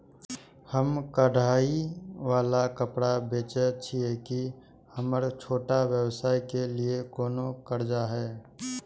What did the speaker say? हम कढ़ाई वाला कपड़ा बेचय छिये, की हमर छोटा व्यवसाय के लिये कोनो कर्जा है?